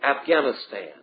Afghanistan